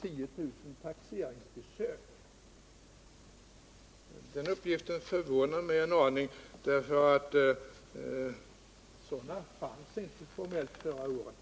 10 000 taxeringsbesök. Den uppgiften förvånar mig en aning, eftersom sådana besök formellt inte gjordes förra året.